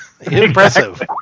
Impressive